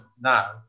now